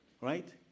Right